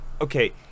okay